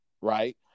Right